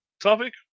Topic